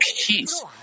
peace